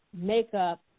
makeup